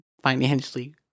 financially